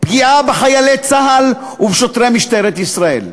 פגיעה בחיילי צה"ל ובשוטרי משטרת ישראל.